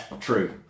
True